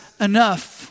enough